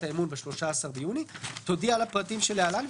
האמון ב-13 ביוני "תודיע על הפרטים שלהלן,